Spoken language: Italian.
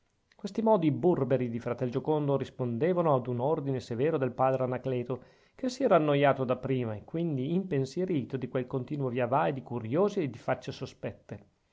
questi modi burberi di fratel giocondo rispondevano ad un ordine severo del padre anacleto che si era annoiato da prima e quindi impensierito di quel continuo viavai di curiosi e di facce sospette